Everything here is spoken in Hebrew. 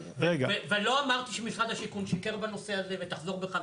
ולא אמרתי שמשרד השיכון שיקר בנושא הזה ותחזור בך.